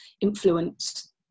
influence